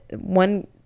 one